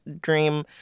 dream